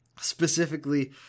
specifically